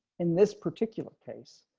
in this particular case.